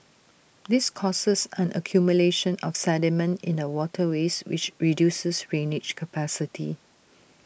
this causes an accumulation of sediment in the waterways which reduces drainage capacity